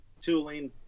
tooling